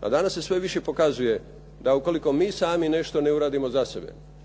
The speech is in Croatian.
A danas se sve više pokazuje da ukoliko mi sami nešto ne uradimo za sebe,